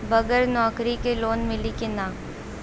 बगर नौकरी क लोन मिली कि ना?